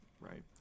Right